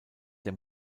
der